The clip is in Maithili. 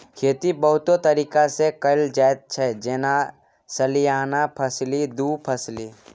खेती बहुतो तरीका सँ कएल जाइत छै जेना सलियाना फसली, दु फसली